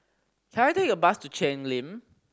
can I take a bus to Cheng Lim